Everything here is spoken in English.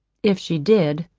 if she did,